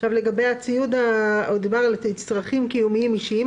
לגבי הציוד דובר על צרכים קיומיים ואישיים,